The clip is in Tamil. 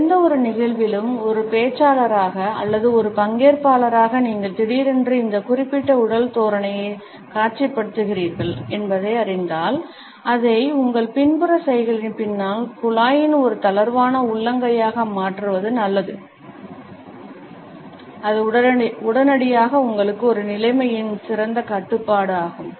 எந்தவொரு நிகழ்விலும் ஒரு பேச்சாளராக அல்லது ஒரு பங்கேற்பாளராக நீங்கள் திடீரென்று இந்த குறிப்பிட்ட உடல் தோரணையை காட்சிப்படுத்துகிறீர்கள் என்பதை அறிந்தால் அதை உங்கள் பின்புற சைகையின் பின்னால் குழாயின் ஒரு தளர்வான உள்ளங்கையாக மாற்றுவது நல்லது அது உடனடியாக உங்களுக்கு ஒரு நிலைமையின் சிறந்த கட்டுப்பாடு ஆகும்